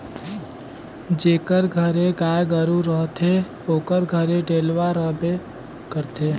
जेकर घरे गाय गरू रहथे ओकर घरे डेलवा रहबे करथे